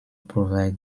provide